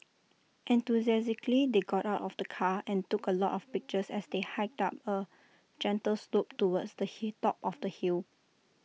enthusiastically they got out of the car and took A lot of pictures as they hiked up A gentle slope towards the hit top of the hill